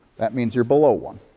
that means you're below one.